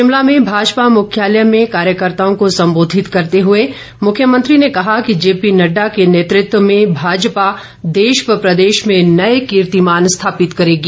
शिमला में भाजपा मुख्यालय में कार्यकर्ताओं को सम्बोधित करते हुए मुख्यमंत्री ने कहा कि जेपी नड़डा के नेतृत्व में भाजपा देश व प्रदेश में नए कीर्तिमान स्थापित करेगी